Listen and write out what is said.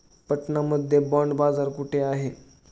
पटना मध्ये बॉंड बाजार कुठे आहे?